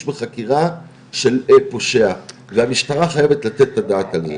בחקירה של פושע והמשטרה חייבת לתת את הדעת על זה.